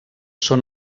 són